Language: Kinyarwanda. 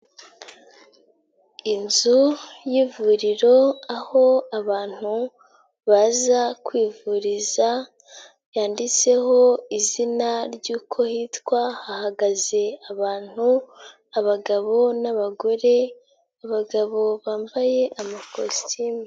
Inzu y'ivuriro aho abantu baza kwivuriza, yanditseho izina ry'uko hitwa, hahagaze abantu abagabo n'abagore, abagabo bambaye amakositimu.